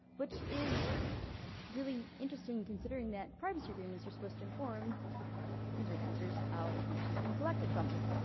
which is really interesting, considering that privacy agreements are supposed to inform internet users how information's being collected from them,